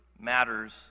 matters